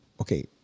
okay